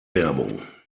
werbung